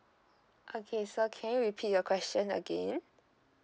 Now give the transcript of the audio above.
okay so can you repeat your question again